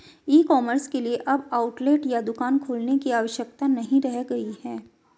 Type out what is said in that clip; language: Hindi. ई कॉमर्स के लिए अब आउटलेट या दुकान खोलने की आवश्यकता नहीं रह गई है